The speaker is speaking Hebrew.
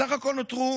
בסך הכול נותרו